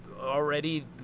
already